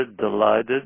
delighted